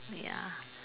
ya